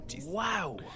Wow